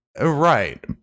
Right